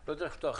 לא צריך לפתוח